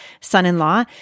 son-in-law